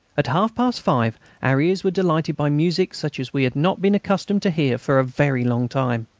at half-past five our ears were delighted by music such as we had not been accustomed to hear for a very long time.